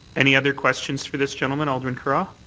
any other questions for this gentleman? alderman carra?